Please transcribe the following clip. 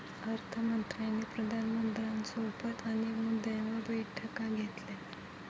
अर्थ मंत्र्यांनी पंतप्रधानांसोबत अनेक मुद्द्यांवर बैठका घेतल्या